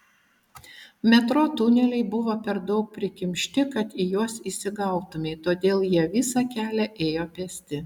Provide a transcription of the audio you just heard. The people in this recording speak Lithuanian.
metro tuneliai buvo per daug prikimšti kad į juos įsigautumei todėl jie visą kelią ėjo pėsti